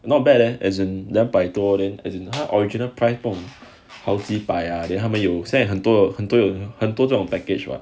not bad leh as in 两百多 then as in 他 original price 不懂好几百啊 then 他们有 send 很多了很多有很多种 package [what]